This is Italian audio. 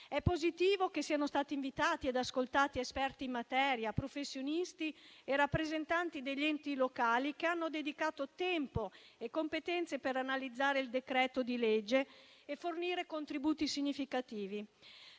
È positivo che siano stati invitati e ascoltati esperti in materia, professionisti e rappresentanti degli enti locali, che hanno dedicato tempo e competenze per analizzare il decreto-legge e fornire contributi significativi.